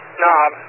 knob